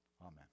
Amen